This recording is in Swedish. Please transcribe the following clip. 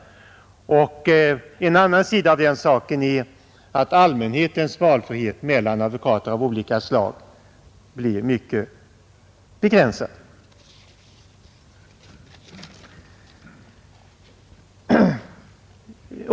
En annan sida av den saken är att allmänhetens valfrihet mellan advokater av olika slag blir mycket begränsad.